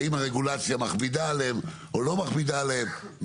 האם הרגולציה מכבידה עליהם או לא מכבידה עליהם,